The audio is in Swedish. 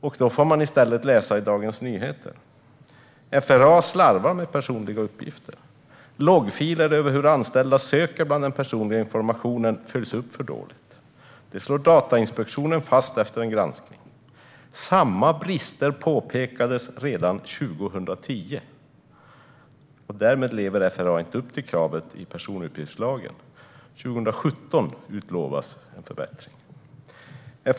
I stället får vi läsa i Dagens Nyheter att Försvarets radioanstalt slarvar med personliga uppgifter och att loggfiler över hur anställda söker bland den personliga informationen följs upp för dåligt. Detta slår Datainspektionen fast efter en granskning, och samma brister påtalades redan 2010. Därmed lever FRA inte upp till kravet i personuppgiftslagen. Det utlovas en förbättring i år.